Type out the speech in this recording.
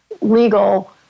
legal